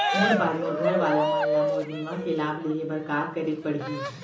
मोर बाद मोर घर वाला मन ला मोर बीमा के लाभ लेहे बर का करे पड़ही?